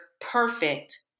perfect